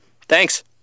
thanks